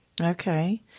Okay